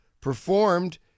performed